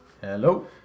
hello